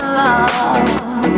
love